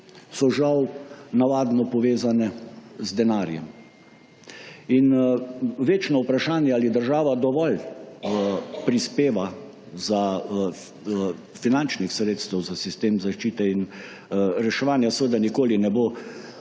so žal navadno povezane z denarjem. In večno vprašanje, ali država dovolj prispeva finančnih sredstev za sistem zaščite in reševanja, seveda nikoli ne bo